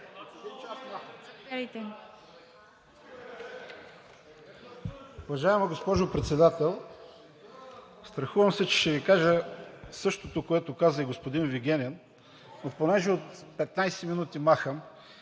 страхувам се, че ще Ви кажа същото, което каза и господин Вигенин,